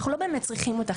אנחנו לא באמת צריכים אותך,